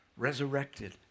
resurrected